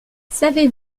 savez